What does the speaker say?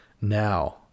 Now